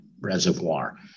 reservoir